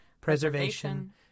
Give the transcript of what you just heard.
preservation